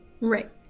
Right